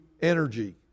energy